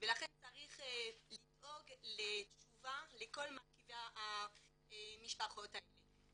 ולכן צריך לדאוג לתשובה לכל מרכיבי המשפחות האלה.